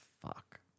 fuck